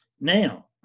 now